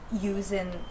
using